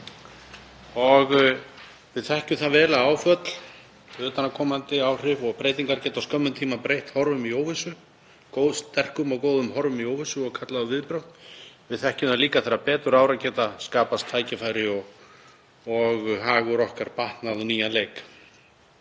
Við þekkjum það vel að áföll, utanaðkomandi áhrif og breytingar geta á skömmum tíma breytt sterkum og góðum horfum í óvissu og kallað á viðbrögð. Við þekkjum það líka að þegar betur árar geta skapast tækifæri og hagur okkar batnað á nýjan leik